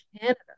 Canada